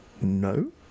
No